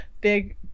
Big